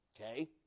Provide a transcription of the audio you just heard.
Okay